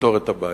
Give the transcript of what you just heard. ולפתור את הבעיה.